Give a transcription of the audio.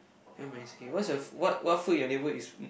nevermind its okay what yours what food your neighbor is